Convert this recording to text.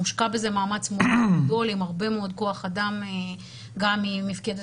מושקע בזה מאמץ מאוד גדול עם הרבה מאוד כוח אדם גם ממפקדת